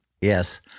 Yes